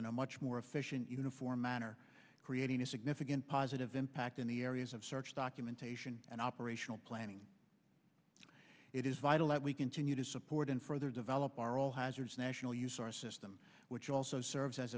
in a much more efficient uniform manner creating a significant positive impact in the areas of search documentation and operational planning it is vital that we continue to support and further develop our all hazards national use our system which also serves as